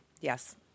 Yes